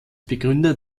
begründer